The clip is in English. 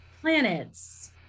planets